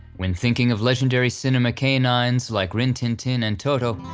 when thinking of legendary cinema canines like rin tin tin and toto,